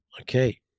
Okay